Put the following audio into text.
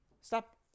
stop